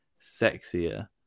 sexier